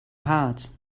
harz